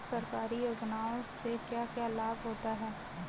सरकारी योजनाओं से क्या क्या लाभ होता है?